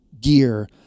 gear